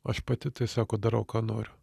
aš pati tai sako darau ką noriu